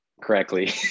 correctly